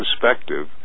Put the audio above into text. perspective